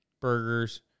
burgers